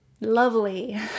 lovely